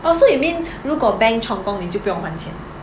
orh so you mean 如果 bank 充公你就不用还钱 ah